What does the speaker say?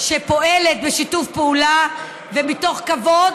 שפועלת בשיתוף פעולה ומתוך כבוד,